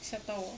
吓到我